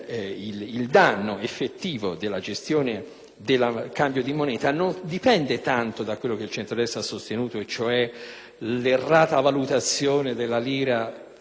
del cambio di moneta non dipende tanto da quello che il centrodestra ha sostenuto, cioè l'errata valutazione della lira in confronto all'euro, quanto dal fatto che